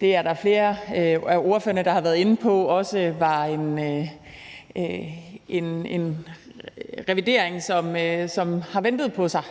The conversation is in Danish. Det er der flere af ordførerne der har været inde på også var en revidering, som har ladet vente på sig,